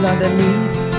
Underneath